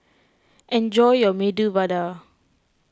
enjoy your Medu Vada